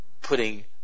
putting